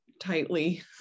tightly